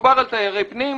כשמדובר על תיירי פנים,